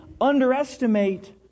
underestimate